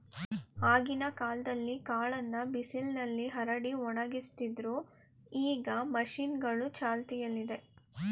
ಆಗಿನ ಕಾಲ್ದಲ್ಲೀ ಕಾಳನ್ನ ಬಿಸಿಲ್ನಲ್ಲಿ ಹರಡಿ ಒಣಗಿಸ್ತಿದ್ರು ಈಗ ಮಷೀನ್ಗಳೂ ಚಾಲ್ತಿಯಲ್ಲಿದೆ